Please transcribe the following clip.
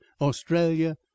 australia